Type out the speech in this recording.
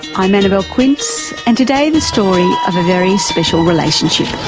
i'm annabelle quince, and today the story of a very special relationship.